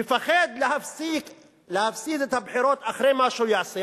מפחד להפסיד בבחירות אחרי מה שהוא יעשה,